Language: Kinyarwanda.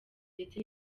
ndetse